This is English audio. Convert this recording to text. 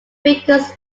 vickers